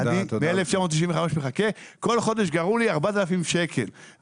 אני מ-1995 מחכה, כל חודש גרעו לי 4,000 שקלים.